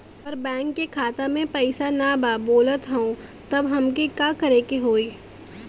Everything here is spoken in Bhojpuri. पर बैंक मे खाता मे पयीसा ना बा बोलत हउँव तब हमके का करे के होहीं?